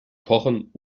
kochen